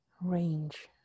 range